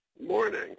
Morning